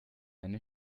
eine